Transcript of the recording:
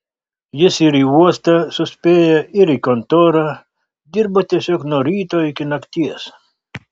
jis ir į uostą suspėja ir į kontorą dirba tiesiog nuo ryto iki nakties